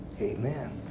Amen